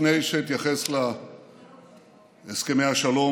לפני שאתייחס להסכמי השלום,